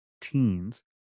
teens